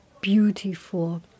Beautiful